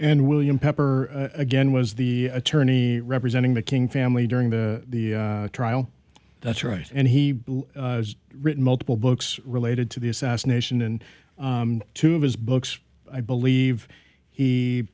and william pepper again was the attorney representing the king family during the trial that's right and he has written multiple books related to the assassination and two of his books i believe he